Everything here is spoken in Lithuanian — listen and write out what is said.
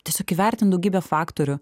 tiesiog įvertint daugybę faktorių